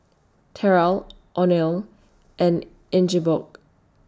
Terra Oneal and Ingeborg